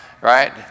right